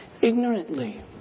ignorantly